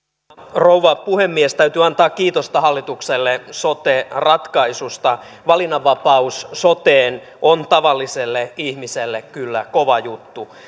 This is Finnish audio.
rouva puhemies täytyy antaa kiitosta hallitukselle sote ratkaisusta valinnanvapaus soteen on tavalliselle ihmiselle kyllä kova juttu